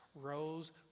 rose